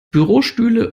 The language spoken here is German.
bürostühle